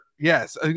Yes